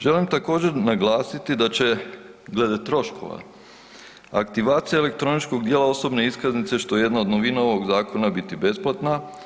Želim također naglasiti da će glede troškova aktivacija elektroničkog dijela osobne iskaznice, što je jedna od novina ovog zakona, biti besplatna.